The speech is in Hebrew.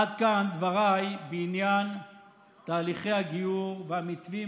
עד כאן דבריי בעניין תהליכי הגיור והמתווים